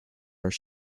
are